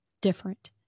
different